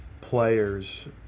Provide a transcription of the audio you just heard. players